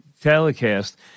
telecast